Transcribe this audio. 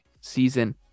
season